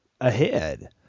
ahead